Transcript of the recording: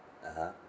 (uh huh)